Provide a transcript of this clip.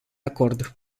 acord